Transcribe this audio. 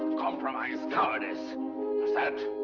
compromise! cowardice! what's that?